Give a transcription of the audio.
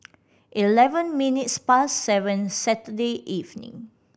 eleven minutes past seven Saturday evening